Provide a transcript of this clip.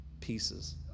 pieces